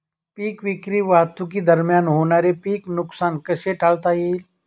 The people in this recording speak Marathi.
पीक विक्री वाहतुकीदरम्यान होणारे पीक नुकसान कसे टाळता येईल?